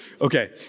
Okay